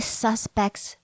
suspect's